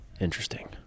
Interesting